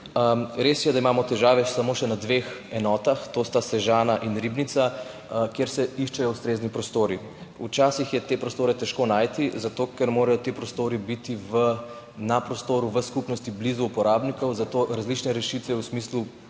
Res je, da imamo težave samo še na dveh enotah, to sta Sežana in Ribnica, kjer se iščejo ustrezni prostori. Včasih je te prostore težko najti, zato ker morajo ti prostori biti na prostoru v skupnosti blizu uporabnikov, zato različne rešitve v smislu